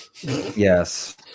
Yes